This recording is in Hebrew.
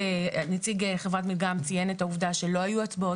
נציג חברת מלגם ציין את העובדה שלא היו הצבעות